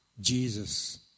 Jesus